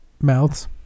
mouths